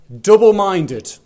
Double-minded